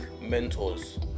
mentors